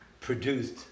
produced